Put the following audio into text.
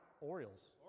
orioles